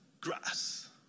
grass